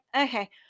okay